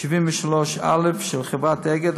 73א של חברת אגד,